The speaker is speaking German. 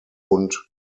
und